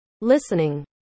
listening